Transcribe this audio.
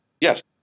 Yes